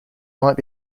might